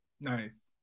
Nice